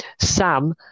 Sam